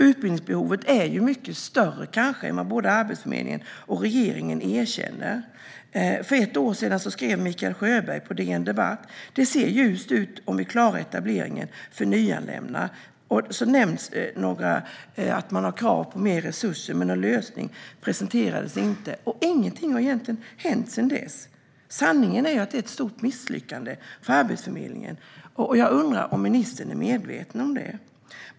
Utbildningsbehoven är mycket större än vad både Arbetsförmedlingen och regeringen erkänner. För ett år sedan skrev Mikael Sjöberg på DN debatt: "Det ser ljust ut - om vi klarar etableringen av nyanlända". Sedan nämns krav på mer resurser, men någon lösning presenteras inte. Ingenting har egentligen hänt sedan dess. Sanningen är att det är ett stort misslyckande för Arbetsförmedlingen. Är ministern medveten om detta?